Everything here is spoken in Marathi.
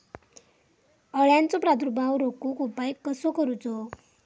अळ्यांचो प्रादुर्भाव रोखुक उपाय कसो करूचो?